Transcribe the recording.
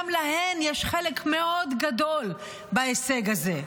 גם להן יש חלק מאוד גדול בהישג הזה.